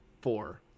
four